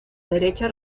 derecha